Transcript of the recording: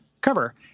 cover